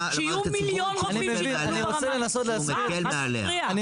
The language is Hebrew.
למערכת הציבורית בכך שהוא מקל מעליה.